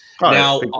Now